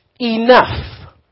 enough